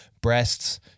breasts